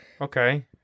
Okay